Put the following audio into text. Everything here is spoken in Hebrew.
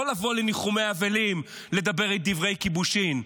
לא לבוא לניחומי אבלים ולדבר דברי כיבושין,